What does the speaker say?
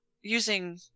using